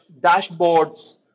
dashboards